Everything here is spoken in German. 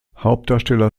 hauptdarsteller